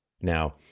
Now